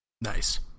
nice